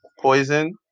Poison